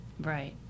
Right